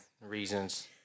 reasons